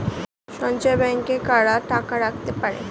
সঞ্চয় ব্যাংকে কারা টাকা রাখতে পারে?